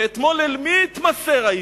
ואתמול אל מי התמסר האיש?